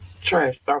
Trash